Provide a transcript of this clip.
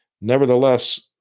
Nevertheless